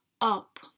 up